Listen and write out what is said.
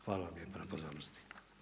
Hvala vam lijepa na pozornosti.